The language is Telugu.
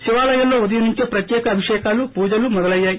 శివాలయాల్లో ఉదయం నుంచే ప్రత్యేక అభిషేకాలు పూజలు మొదలయ్యాయి